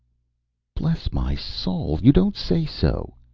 bless my soul you don't say so!